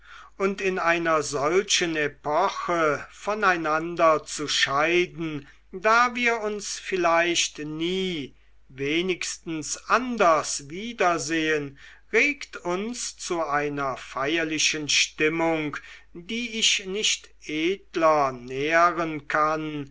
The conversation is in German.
und in einer solchen epoche voneinander zu scheiden da wir uns vielleicht nie wenigstens anders wiedersehen regt uns zu einer feierlichen stimmung die ich nicht edler nähren kann